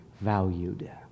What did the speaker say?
valued